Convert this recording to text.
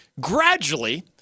gradually